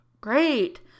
Great